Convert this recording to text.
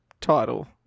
title